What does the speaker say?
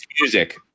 music